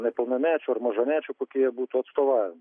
nepilnamečių ir mažamečių kokie jie būtų atstovavimas